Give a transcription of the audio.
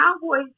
Cowboys